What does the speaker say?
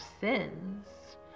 sins